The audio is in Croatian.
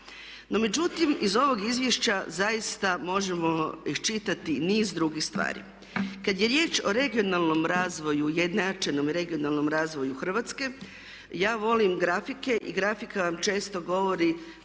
No međutim iz ovog izvješća zaista možemo iščitati niz drugih stvari. Kad je riječ o regionalnom razvoju, ujednačenom regionalnom razvoju Hrvatske ja volim grafike i grafika vam često govori